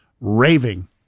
raving